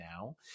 now